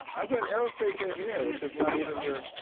as an aerospace engineer, which is not even your.